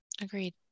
Agreed